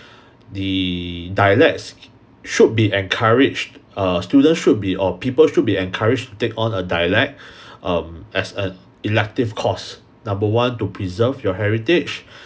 the dialects should be encouraged err students should be or people should be encouraged to take on a dialect um as an elective course number one to preserve your heritage